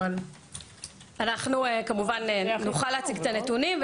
אבל --- אנחנו כמובן נוכל להציג את הנתונים,